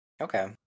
Okay